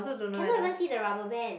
cannot even see the rubber band